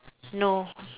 no